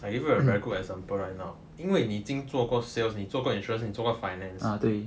I give you a very good example right now 因为你已经做过 sales 你做过 insurance 做过 finance